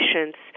patients